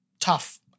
tough